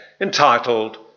entitled